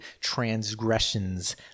transgressions